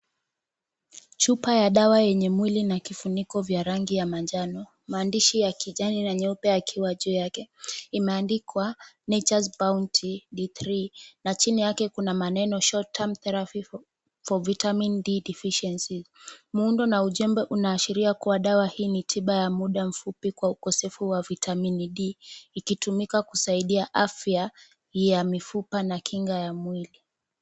Chupa ya dawa yenye mwili na kifuniko vya rangi ya manjano, maandishi ya kijani na nyeupe yakiwa juu yake. Imeandikwa Nature's Bounty D3 na chini yake kuna maneno short term therapy for vitamin D Deficiencies . Muundo na ujumbe unaashiria kuwa dawa hii ni tiba ya muda mfupi kwa ukosefu wa vitamini D ikitumika kusaidia afya ya mifupa na kinga ya mwili.